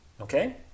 okay